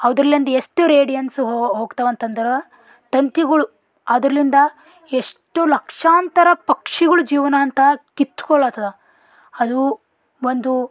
ಅವ್ದರ್ಲಿಂದ ಎಷ್ಟು ರೇಡಿಯನ್ಸು ಹೋಗ್ತವಂತಂದ್ರ ತಂತಿಗಳು ಅದರಿಂದ ಎಷ್ಟು ಲಕ್ಷಾಂತರ ಪಕ್ಷಿಗಳ ಜೀವನ ಅಂತ ಕಿತ್ಕೊಳ್ಳುತ್ತ ಅದು ಒಂದು